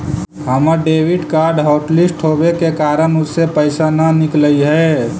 हमर debit card hotlist होवे के कारण उससे पैसे न निकलई हे